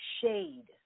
shade